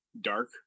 dark